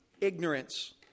ignorance